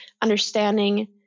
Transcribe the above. understanding